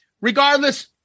regardless